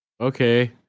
Okay